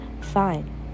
fine